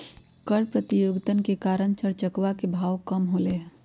कर प्रतियोगितवन के कारण चर चकवा के भाव कम होलय है